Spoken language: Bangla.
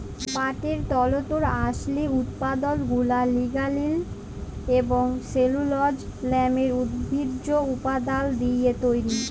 পাটের তল্তুর আসলি উৎপাদলগুলা লিগালিল এবং সেলুলজ লামের উদ্ভিজ্জ উপাদাল দিঁয়ে তৈরি